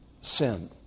sin